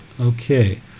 Okay